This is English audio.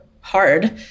hard